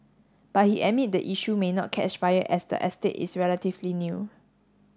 but he admits the issue may not catch fire as the estate is relatively new